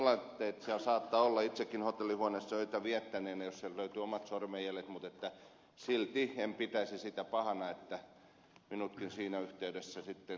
kiusallisia tilanteita saattaa olla itsekin hotellihuoneessa öitä viettäneenä jos sieltä löytyisi omat sormenjäljet mutta silti en pitäisi sitä pahana että minultakin siinä yhteydessä sitten kyseltäisiin